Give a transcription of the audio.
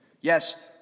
Yes